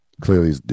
Clearly